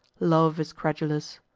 love is credulous.